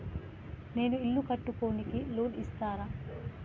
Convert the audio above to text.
నేను ఇల్లు కట్టుకోనికి లోన్ ఇస్తరా?